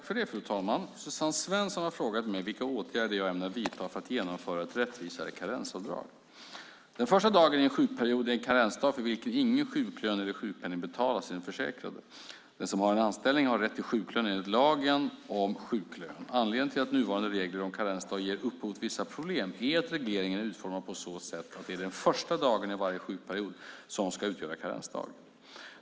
Fru talman! Suzanne Svensson har frågat mig vilka åtgärder jag ämnar vidta för att genomföra ett rättvisare karensavdrag. Den första dagen i en sjukperiod är en karensdag för vilken ingen sjuklön eller sjukpenning betalas till den försäkrade. Den som har en anställning har rätt till sjuklön enligt lagen om sjuklön . Anledningen till att nuvarande regler om karensdag ger upphov till vissa problem är att regleringen är utformad på så sätt att det är den första dagen i varje sjukperiod som ska utgöra karensdag.